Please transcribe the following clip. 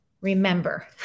remember